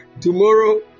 tomorrow